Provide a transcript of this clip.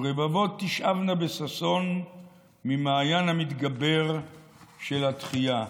/ ורבבות תשאבנה בששון / ממעיין המתגבר של התחייה.